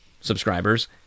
subscribers